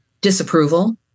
Disapproval